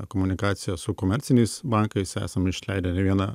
komunikaciją su komerciniais bankais esam išleidę ne vieną